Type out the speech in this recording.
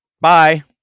Bye